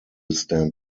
stand